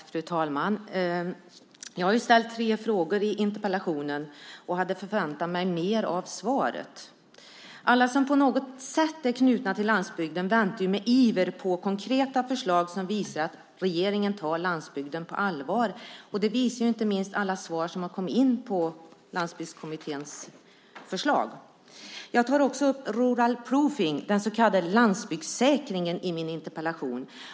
Fru talman! Jag har ställt tre frågor i interpellationen och hade förväntat mig mer av svaret. Alla som på något sätt är knutna till landsbygden väntar med iver på konkreta förslag som visar att regeringen tar landsbygden på allvar. Det visar inte minst alla svar som har kommit in på Landsbygdskommitténs förslag. Jag tar också upp rural proofing , den så kallade landsbygdssäkringen, i min interpellation.